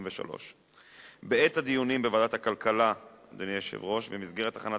33. בעת הדיונים בוועדת הכלכלה במסגרת הכנת